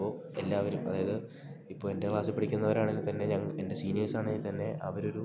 ഇപ്പോൾ എല്ലാവരും അതായത് ഇപ്പോൾ എൻ്റെ ക്ലാസിൽ പഠിക്കുന്നവരാണെങ്കിൽത്തന്നെ ഞാൻ എൻ്റെ സീനിയേഴ്സ് ആണെങ്കിൽത്തന്നെ അവരൊരു